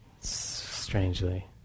Strangely